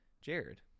Jared